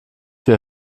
wir